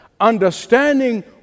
understanding